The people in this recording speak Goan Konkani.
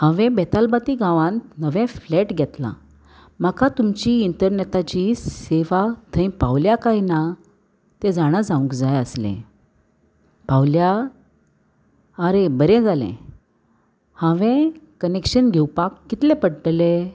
हांवें बेतालबाती गांवांत नवें फ्लॅट घेतलां म्हाका तुमची इंतरनॅटाची सेवा थंय पावल्या कांय ना तें जाणा जावंक जाय आसलें पावल्या आरे बरें जालें हांवें कनेक्शन घेवपाक कितलें पडटलें